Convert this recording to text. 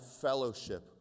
fellowship